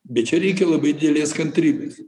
bet čia reikia labai didelės kantrybės